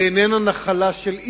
היא איננה נחלה של איש,